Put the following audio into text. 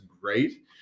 great